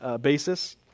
basis